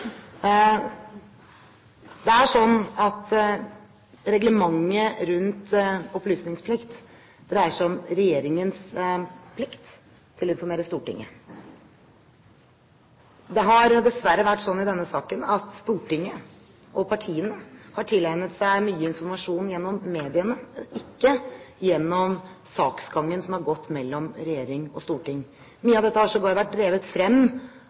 Det er slik at reglementet om opplysningsplikt dreier seg om regjeringens plikt til å informere Stortinget. Det har dessverre vært slik i denne saken at Stortinget og partiene har tilegnet seg mye informasjon gjennom mediene, og ikke gjennom saksgangen som har gått mellom regjering og storting. Mye av dette har sågar vært drevet frem